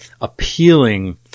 appealing